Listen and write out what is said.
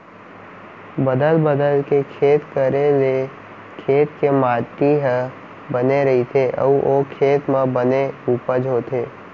बदल बदल के खेत करे ले खेत के माटी ह बने रइथे अउ ओ खेत म बने उपज होथे